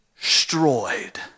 destroyed